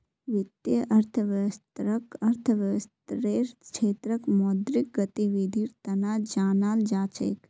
वित्तीय अर्थशास्त्ररक अर्थशास्त्ररेर क्षेत्रत मौद्रिक गतिविधीर तना जानाल जा छेक